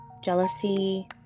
jealousy